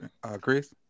Chris